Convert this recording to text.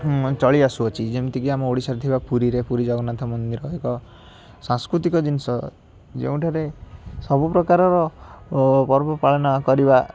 ହୁଁ ଚଳି ଆସୁ ଅଛି ଯେମିତିକି ଆମ ଓଡ଼ିଶାରେ ଥିବା ପୁରୀରେ ପୁରୀ ଜଗନ୍ନାଥମନ୍ଦିର ଏକ ସାଂସ୍କୃତିକ ଜିନିଷ ଯେଉଁଠାରେ ସବୁପ୍ରକାରର ଓ ପର୍ବପାଳନ କରିବା